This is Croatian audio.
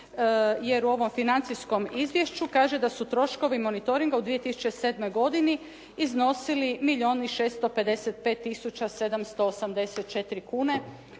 Jer u ovom financijskom izvješću kaže da su troškovi monitoringa u 2007. godini iznosili milijun